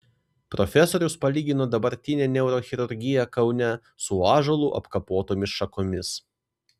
profesorius palygino dabartinę neurochirurgiją kaune su ąžuolu apkapotomis šakomis